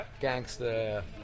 gangster